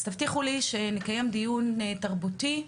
אז תבטיחו לי שנקיים דיון תרבותי,